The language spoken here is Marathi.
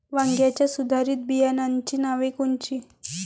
वांग्याच्या सुधारित बियाणांची नावे कोनची?